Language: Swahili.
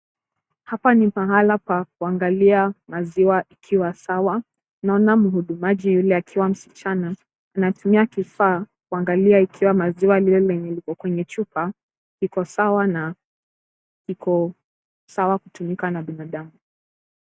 Hapa ni pahala pa kuangalia maziwa ikiwa sawa. Naona mhudumaji yule akiwa msichana, anatumia kifaa kuangalia ikiwa maziwa lile lenye liko kwenye chupa iko sawa na iko sawa kutumika na binadamu.